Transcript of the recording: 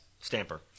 Stamper